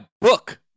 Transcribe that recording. book